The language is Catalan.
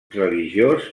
religiós